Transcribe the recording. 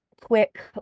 quick